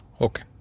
okay